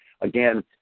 again